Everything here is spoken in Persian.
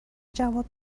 جواب